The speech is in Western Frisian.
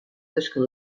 tusken